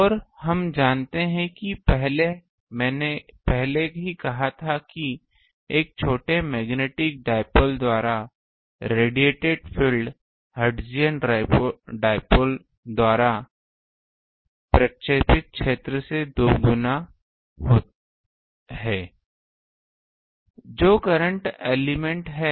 और हम जानते हैं कि मैंने पहले ही कहा था कि एक छोटे मैग्नेटिक डाइपोल द्वारा रेडिएटेड फील्ड हर्ट्जियन डाइपोल द्वारा प्रक्षेपित क्षेत्र से दोगुना है जो करंट एलिमेंट है